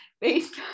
based